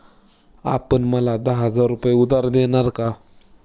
आपण मला दहा हजार रुपये उधार देणार का?